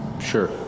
Sure